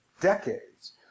decades